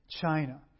China